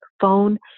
phone